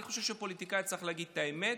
אני חושב שפוליטיקאי צריך להגיד את האמת.